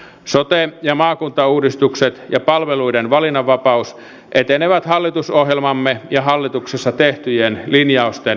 sote ja maakuntauudistukset ja palveluiden valinnanvapaus etenevät hallitusohjelmamme ja hallituksessa tehtyjen linjausten mukaisesti